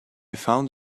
found